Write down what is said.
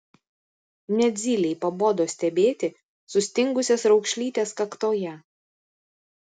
net zylei pabodo stebėti sustingusias raukšlytes kaktoje